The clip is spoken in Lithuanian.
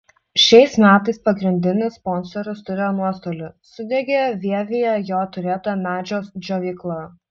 šiais metais pagrindinis sponsorius turėjo nuostolį sudegė vievyje jo turėta medžio džiovykla